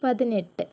പതിനെട്ട്